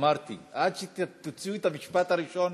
אמרתי: עד שתוציאו את המשפט הראשון,